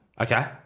Okay